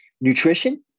nutrition